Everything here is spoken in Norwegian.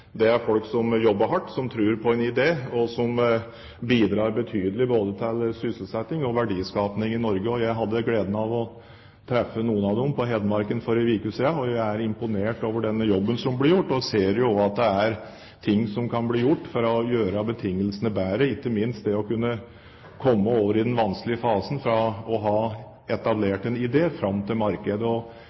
det er folk som jobber hardt, som tror på en idé, og som bidrar betydelig både til sysselsetting og verdiskaping i Norge. Jeg hadde gleden av å treffe noen av dem på Hedmarken for en uke siden, og jeg er imponert over den jobben som blir gjort. Men jeg ser jo også at det er ting som kan bli gjort for å gjøre betingelsene bedre, ikke minst når det gjelder det å kunne komme over den vanskelige fasen fra å ha etablert en idé og fram til